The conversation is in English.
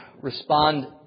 respond